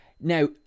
now